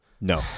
No